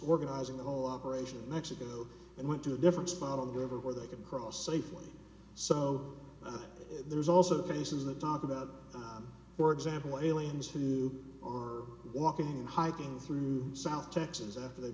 organizing the whole operation mexico and went to a different spot on the river where they could cross safely so there's also faces that talk about for example aliens too or walking hiking through south texas after they